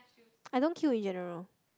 I don't queue in general